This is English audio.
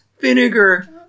vinegar